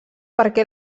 perquè